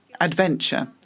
adventure